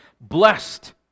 Blessed